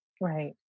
Right